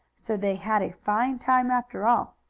so they had a fine time after all.